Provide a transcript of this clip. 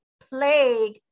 plague